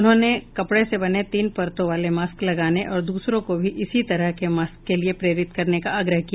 उन्होंने कपड़े के बने तीन परतों वाले मास्क लगाने और दूसरों को भी इसी तरह के मास्क के लिये प्रेरित करने का आग्रह किया